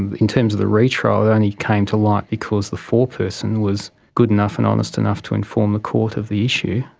and in terms of the retrial it only came to light because the foreperson was good enough and honest enough to inform the court of the issue.